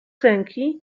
ręki